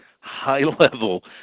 high-level